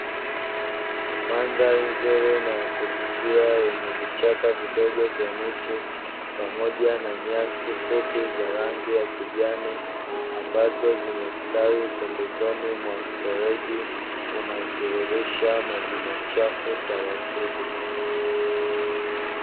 Mandhari nzuri na ya kuvutia yenye vichaka vidogo vya miti, pamoja na nyasi fupi za rangi ya kijani, ambazo zimestawi pembezoni mwa mfereji, unaotiririsha maji machafu taratibu.